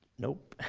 nope. i